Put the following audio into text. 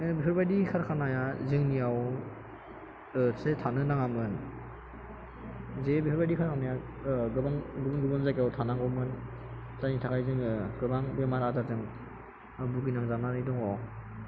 बेफोरबायदि कारखानाया जोंनियाव थानो नाङामोन बेफोरबायदि खालामनाया गोबां गुबुन गुबुन जायगायाव थानांगौमोन जायनि थाखाय जोङो गोबां बेमार आजारजों भुगिनांजानानै दङ